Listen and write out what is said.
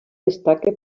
destaca